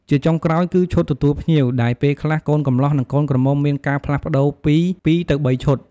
ជាចុងក្រោយ គឺឈុតទទួលភ្ញៀវ ដែលពេលខ្លះកូនកំលោះនិងកូនក្រមុំមានការផ្លាស់ប្តូរពី ពីរទៅបីឈុត។